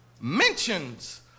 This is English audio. mentions